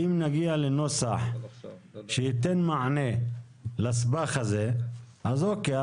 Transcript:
אם נגיע לנוסח שייתן מענה לסבך הזה, אז אוקיי.